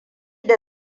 da